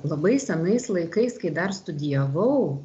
labai senais laikais kai dar studijavau